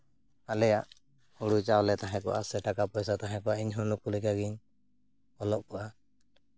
ᱟᱞᱮᱭᱟᱜ ᱦᱳᱲᱳ ᱪᱟᱣᱞᱮ ᱛᱟᱦᱮᱸ ᱠᱚᱜᱼᱟ ᱥᱮ ᱴᱟᱠᱟ ᱯᱚᱭᱥᱟ ᱛᱟᱦᱮᱸ ᱠᱚᱜᱼᱟ ᱤᱧᱦᱚᱸ ᱱᱩᱠᱩ ᱞᱮᱠᱟ ᱜᱮᱧ ᱚᱞᱚᱜ ᱠᱚᱜᱼᱟ